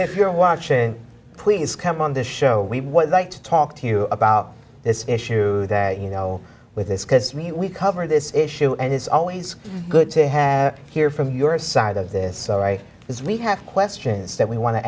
if you're watching please come on this show we like to talk to you about this issue that you know with us because we cover this issue and it's always good to have hear from your side of this is we have questions that we want to